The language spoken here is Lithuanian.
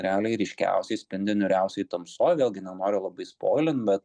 realiai ryškiausiai spindi niūriausioj tamsoj vėlgi nenoriu labai spoilint bet